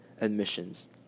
admissions